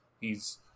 He's-